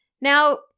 Now